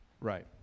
Right